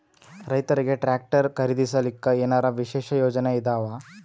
ರೈತರಿಗೆ ಟ್ರಾಕ್ಟರ್ ಖರೀದಿಸಲಿಕ್ಕ ಏನರ ವಿಶೇಷ ಯೋಜನೆ ಇದಾವ?